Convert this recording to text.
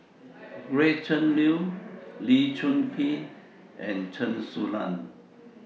Gretchen Liu Lee Choon Kee and Chen Su Lan